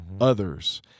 others